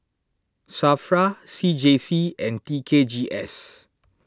Safra C J C and T K G S